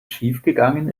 schiefgegangen